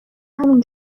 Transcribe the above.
همین